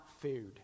food